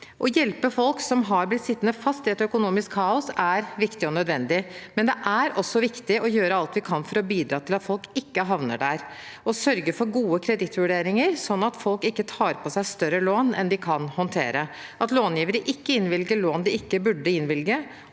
Å hjelpe folk som har blitt sittende fast i et økonomisk kaos, er viktig og nødvendig, men det er også viktig å gjøre alt vi kan for å bidra til at folk ikke havner der. Å sørge for gode kredittvurderinger, sånn at folk ikke tar opp større lån enn de kan håndtere, at långivere ikke innvilger lån de ikke burde innvilget,